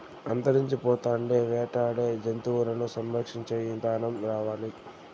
అంతరించిపోతాండే వేటాడే జంతువులను సంరక్షించే ఇదానం రావాలి